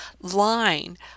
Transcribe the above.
line